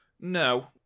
No